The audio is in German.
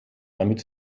damit